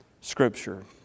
Scripture